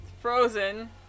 Frozen